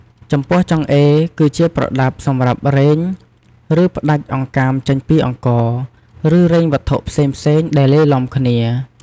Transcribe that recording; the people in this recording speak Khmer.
ចំពោះ ចង្អេរ គឺជាប្រដាប់សម្រាប់រែង ឬផ្ដាច់អង្កាមចេញពីអង្ករ ឬរែងវត្ថុផ្សេងៗដែលលាយឡំគ្នា។